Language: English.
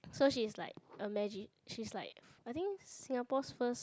so she's like a magi~ she's like I think Singapore's first